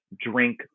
drink